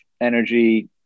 energy